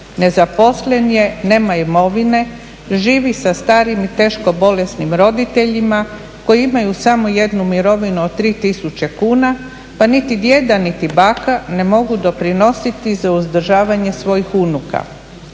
nezaposlen je, nema imovine, živi sa starim i teško bolesnim roditeljima koji imaju samo jednu mirovinu od 3000 kuna, pa niti djeda niti baka ne mogu doprinositi za uzdržavanje svojih unuka.